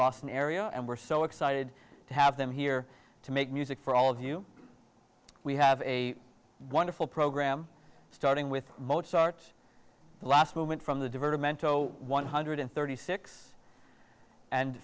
boston area and we're so excited to have them here to make music for all of you we have a wonderful program starting with mozart's last movement from the divertimento one hundred thirty six and